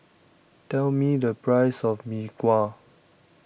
tell me the price of Mee Kuah